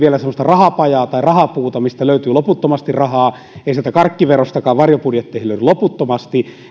semmoista rahapajaa tai rahapuuta mistä löytyy loputtomasti rahaa ei sieltä karkkiverostakaan varjobudjetteihin löydy loputtomasti